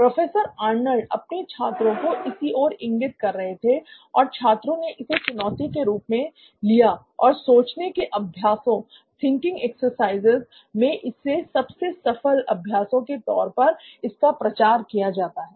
professor Arnold अपने छात्रों को इसी और इंगित कर रहे थे और छात्रों ने इसे एक चुनौती के रूप में लिया और सोचने के अभ्यासों मैं इसे सबसे सफल अभ्यासों के तौर पर इसका प्रचार किया जाता है